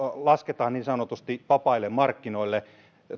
lasketaan niin sanotusti vapaille markkinoille